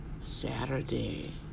Saturday